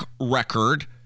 record